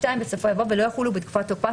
(2) בסופו יבוא: "ולא יחולו בתקופת תוקפה